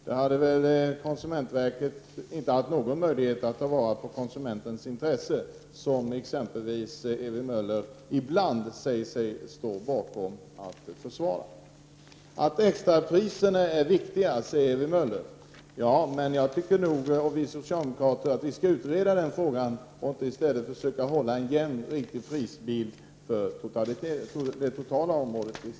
Då hade väl inte konsumentverket haft någon möjlighet att ta till vara konsumenternas intressen, vilka Ewy Möller ibland säger sig vilja försvara. Extrapriserna är viktiga, säger Ewy Möller. Ja, men vi socialdemokrater tycker nog att den frågan skall utredas och vill i stället hålla en jämn prisbild på det totala området.